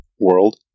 world